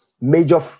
major